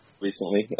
recently